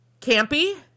campy